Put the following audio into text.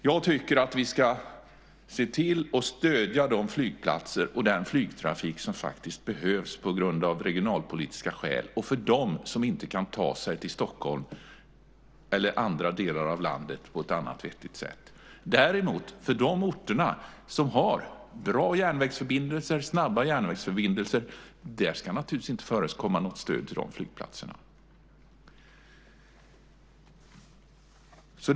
Jag tycker att vi ska se till att stödja de flygplatser och den flygtrafik som faktiskt behövs av regionalpolitiska skäl och för dem som inte kan ta sig till Stockholm eller till andra delar av landet på ett annat vettigt sätt. Däremot ska det naturligtvis inte förekomma något stöd till flygplatser på de orter som har bra och snabba järnvägsförbindelser.